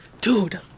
Dude